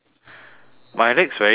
my legs very small